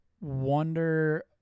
wonder